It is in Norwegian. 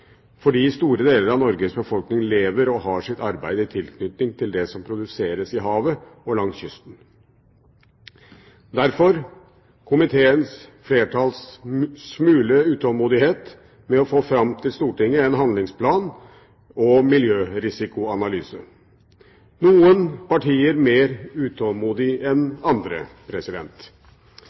fordi store deler av Norges befolkning «lever og har sitt arbeid i tilknytning til det som produseres i havet og langs kysten» – derfor komitéflertallets smule utålmodighet med å få fram til Stortinget en handlingsplan og en miljørisikoanalyse, noen partier mer utålmodige enn andre.